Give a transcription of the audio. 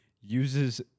Uses